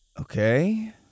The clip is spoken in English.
Okay